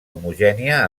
homogènia